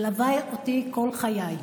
מלווה אותי כל חיי,